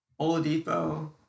Oladipo